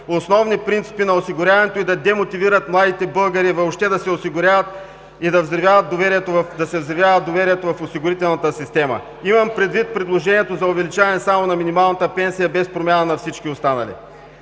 основни принципи на осигуряването и да демотивират младите българи въобще да се осигуряват и да се взривява доверието в осигурителната система. Имаме предвид предложението за увеличаване само на минималната пенсия, без промяна на всички останали.